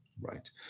right